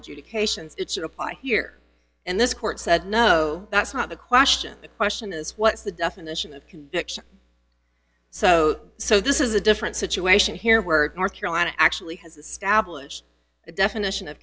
adjudication it should apply here and this court said no that's not the question the question is what's the definition of conviction so so this is a different situation here where north carolina actually has established a definition of